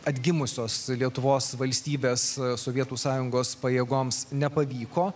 atgimusios lietuvos valstybės sovietų sąjungos pajėgoms nepavyko